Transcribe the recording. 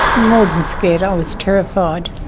more than scared, i was terrified.